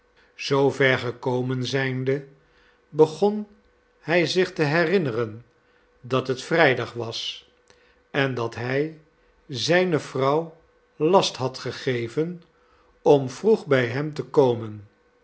zoover gekomen zijnde begon hij zich te herinneren dat het vrijdag was en dat hij zijne vrouw last had gegeven om vroeg bij hem te komen